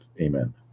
amen